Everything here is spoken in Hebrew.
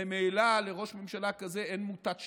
ממילא לראש ממשלה כזה אין מוטת שליטה,